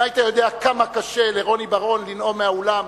אם היית יודע כמה קשה לרוני בר-און לנאום מהאולם,